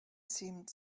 seemed